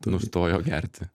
nustojo gerti